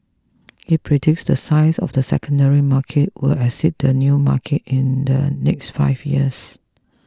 he predicts the size of the secondary market will exceed the new market in the next five years